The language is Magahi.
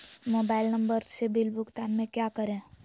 मोबाइल नंबर से बिल भुगतान में क्या करें?